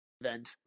event